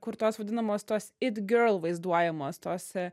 kur tos vadinamos tos it girl vaizduojamos tuose